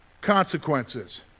consequences